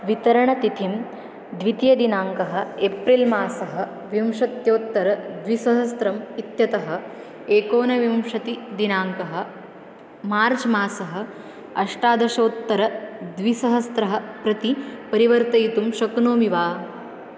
वितरणतिथिं द्वितीयदिनाङ्कः एप्रिल् मासः विंशत्युत्तरद्विसहस्रम् इत्यतः एकोनविंशतिदिनाङ्कः मार्च् मासः अष्टादशोत्तरद्विसहस्रं प्रति परिवर्तयितुं शक्नोमि वा